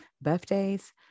birthdays